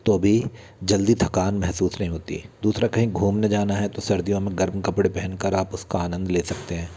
तो भी जल्दी थकान महसूस नहीं होती दूसरा कहीं घूमने जाना है तो सर्दियों में गर्म कपड़े पहन कर आप उसका आनंद ले सकते हैं